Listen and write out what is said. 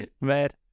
Mad